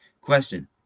Question